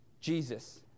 Jesus